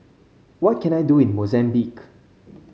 what can I do in Mozambique